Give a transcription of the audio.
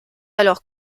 alors